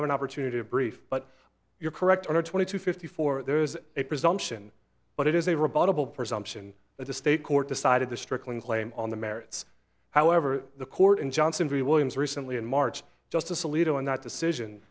have an opportunity to brief but you're correct on our twenty two fifty four there is a presumption but it is a rebuttal presumption that the state court decided the strickland claim on the merits however the court in johnson v williams recently in march justice alito in that decision